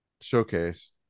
showcase